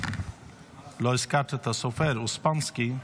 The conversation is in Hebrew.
לא הזכרת את הסופר אוספמסקי.